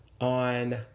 on